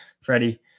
Freddie